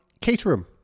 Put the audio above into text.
Caterham